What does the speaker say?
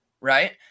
right